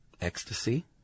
Ecstasy